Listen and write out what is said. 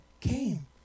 came